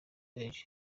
eng